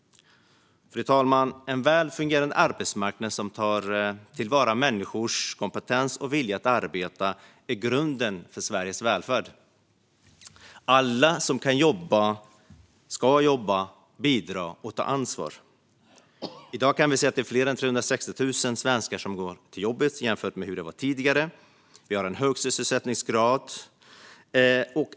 Fru talman! En väl fungerande arbetsmarknad som tar till vara människors kompetens och vilja att arbeta är grunden för Sveriges välfärd. Alla som kan jobba ska jobba, bidra och ta ansvar. I dag ser vi att det är mer än 360 000 fler svenskar som går till jobbet jämfört med hur det var tidigare. Vi har en hög sysselsättningsgrad.